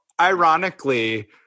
ironically